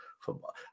football